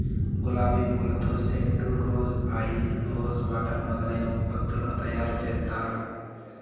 గులాబి పూలతో scent, rose oil, rose water మొదలైన ఉత్పత్తులను తయారు చేత్తారు